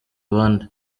abandi